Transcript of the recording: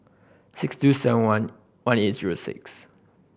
six two seven one one eight zero six